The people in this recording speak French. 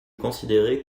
considérer